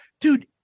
dude